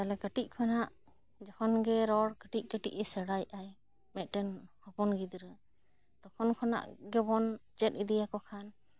ᱛᱟᱦᱚᱞᱮ ᱠᱟᱹᱴᱤᱡ ᱠᱷᱚᱱᱟᱜ ᱡᱚᱠᱷᱚᱱ ᱜᱮ ᱨᱚᱲ ᱠᱟᱹᱴᱤᱡ ᱠᱟᱹᱴᱤᱡ ᱠᱷᱚᱱᱟᱜ ᱮ ᱥᱮᱬᱟᱭᱮᱫᱟᱭ ᱢᱤᱫ ᱴᱮᱱ ᱦᱚᱯᱚᱱ ᱜᱤᱫᱽᱨᱟᱹ ᱛᱚᱠᱷᱚᱱ ᱠᱷᱚᱱᱟ ᱜᱮ ᱵᱚᱱ ᱪᱮᱫ ᱤᱫᱤ ᱟᱠᱚ ᱠᱷᱟᱱ